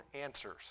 answers